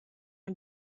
una